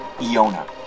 Iona